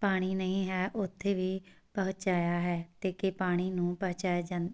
ਪਾਣੀ ਨਹੀਂ ਹੈ ਉੱਥੇ ਵੀ ਪਹੁੰਚਾਇਆ ਹੈ ਅਤੇ ਕਿ ਪਾਣੀ ਨੂੰ ਪਹੁੰਚਾਇਆ ਜਾਂਦਾ